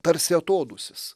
tarsi atodūsis